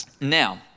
Now